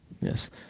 Yes